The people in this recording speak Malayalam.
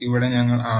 ഇവിടെ ഞങ്ങൾ ആർ